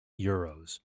euros